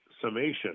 summation